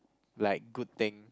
like good thing